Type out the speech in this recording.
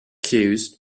cues